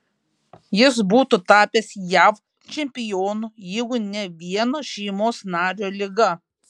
jis būtų tapęs jav čempionu jeigu ne vieno šeimos nario liga